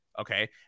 Okay